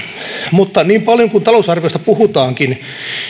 mutta niin paljon kuin talousarviosta puhutaankin